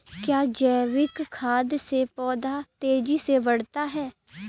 क्या जैविक खाद से पौधा तेजी से बढ़ता है?